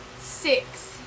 six